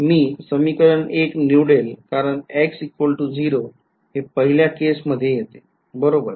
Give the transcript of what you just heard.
तर मी समीकरण १ निवडेल कारण x 0 हे पहिल्या केस मध्ये येते बरोबर